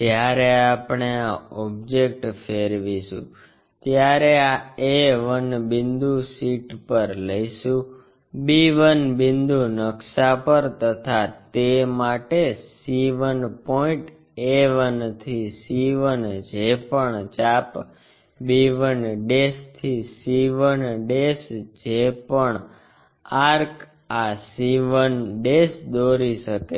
જ્યારે આપણે આ ઓબ્જેકટ ફેરવીશું ત્યારે આ a 1 બિંદુ શીટ પર લઈશું b 1 બિંદુ નકશા પર તથા તે માટે c 1 પોઇન્ટ a 1 થી c 1 જે પણ ચાપ b 1 થી c 1 જે પણ આર્ક આ c 1 દોરી શકે છે